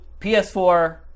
PS4